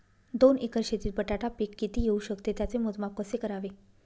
दोन एकर शेतीत बटाटा पीक किती येवू शकते? त्याचे मोजमाप कसे करावे?